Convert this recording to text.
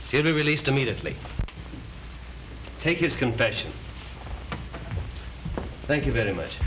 it released immediately take his confession thank you very much